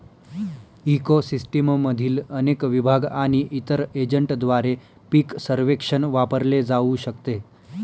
eco सिस्टीममधील अनेक विभाग आणि इतर एजंटद्वारे पीक सर्वेक्षण वापरले जाऊ शकते